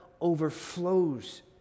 overflows